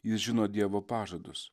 jis žino dievo pažadus